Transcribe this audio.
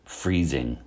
freezing